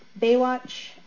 Baywatch